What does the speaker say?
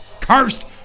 Cursed